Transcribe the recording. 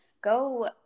Go